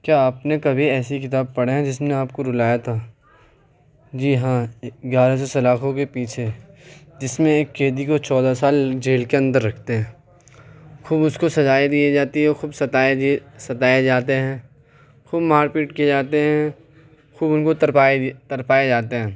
کیا آپ نے کبھی ایسی کتاب پڑھا ہے جس نے آپ کو رلایا تھا جی ہاں گیارہ سو سلاخوں کے پیچھے جس میں ایک قیدی کو چودہ سال جیل کے اندر رکھتے ہیں خوب اس کو سزائیں دیئے جاتی ہیں خوب ستائے ستائے جاتے ہیں خوب مار پیٹ کیے جاتے ہیں خوب ان کو ترپائے ترپائے جاتے ہیں